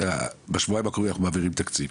בשבועיים הקרובים אנחנו מעבירים תקציב.